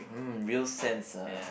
hmm real sense ah